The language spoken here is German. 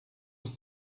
ist